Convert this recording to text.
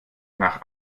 nach